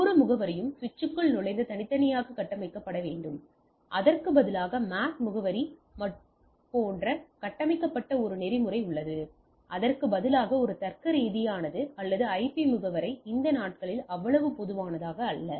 ஒவ்வொரு முகவரியும் சுவிட்சுக்குள் நுழைந்து தனித்தனியாக கட்டமைக்கப்பட வேண்டும் அதற்கு பதிலாக MAC முகவரி போன்ற கட்டமைக்கப்பட்ட ஒரு நெறிமுறை உள்ளது அதற்கு பதிலாக ஒரு தர்க்கரீதியானது அல்லது ஐபி முகவரி இந்த நாட்களில் அவ்வளவு பொதுவானதல்ல